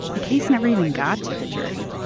the case never even got to the jury.